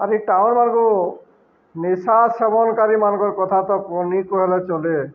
ଆର୍ରିଇ town ମାର୍ଙ୍କୁ ନିଶା ସେବନକାରୀମାନାନଙ୍କର କଥା ତନ କ ହେଲେ ଚଲେ